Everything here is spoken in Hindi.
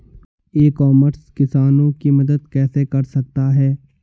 ई कॉमर्स किसानों की मदद कैसे कर सकता है?